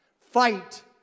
Fight